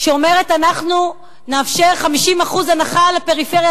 שאומרת שאנחנו נאפשר 50% הנחה לפריפריה,